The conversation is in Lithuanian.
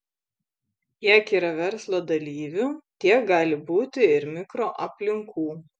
kiek yra verslo dalyvių tiek gali būti ir mikroaplinkų